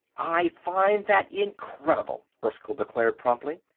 i find that incredible, erskyll declared promptly.